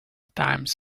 times